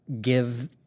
give